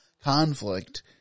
conflict